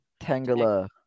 Tangela